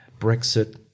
Brexit